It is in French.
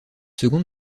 seconde